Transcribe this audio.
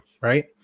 right